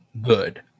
good